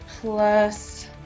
plus